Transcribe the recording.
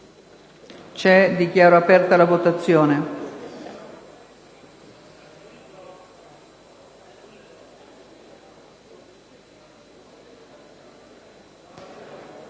Dichiaro aperta la votazione.